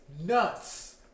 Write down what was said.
nuts